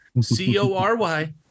C-O-R-Y